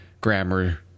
grammar